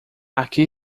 aqui